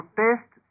test